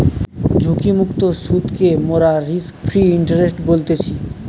ঝুঁকিমুক্ত সুদকে মোরা রিস্ক ফ্রি ইন্টারেস্ট বলতেছি